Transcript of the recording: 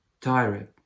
tired